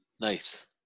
Nice